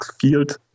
field